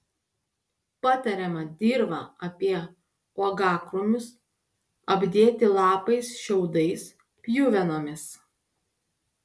patariama dirvą apie uogakrūmius apdėti lapais šiaudais pjuvenomis